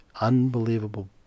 unbelievable